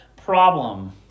problem